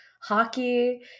hockey